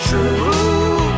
true